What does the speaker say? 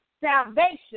salvation